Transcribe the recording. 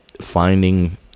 finding